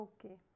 Okay